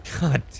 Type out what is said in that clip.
God